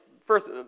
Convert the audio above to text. first